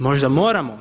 Možda moramo?